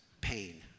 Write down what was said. pain